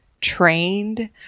trained